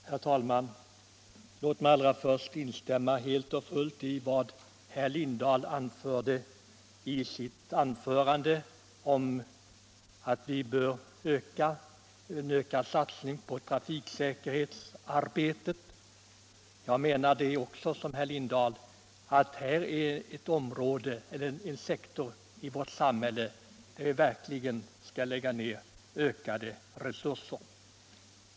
Herr talman! Låt mig allra först helt och fullt instämma i vad herr Lindahl i Lidingö anförde om att vi bör öka satsningen på trafiksäkerhetsarbetet. Jag menar liksom herr Lindahl att detta är en sektor i vårt samhälle där vi verkligen skall lägga ned ökade resurser.